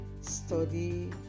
Study